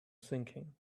sinking